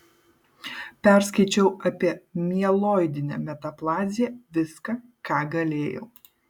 perskaičiau apie mieloidinę metaplaziją viską ką galėjau